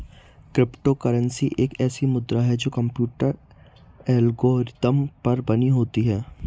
crypto currency एक ऐसी मुद्रा है जो कंप्यूटर एल्गोरिदम पर बनी होती है